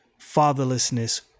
fatherlessness